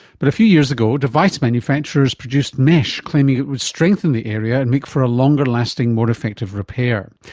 but a few years ago device manufacturers produced mesh, claiming would strengthen the area and make for a longer lasting, more effective repair.